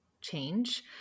change